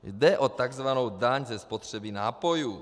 Jde o takzvanou daň ze spotřeby nápojů.